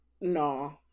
No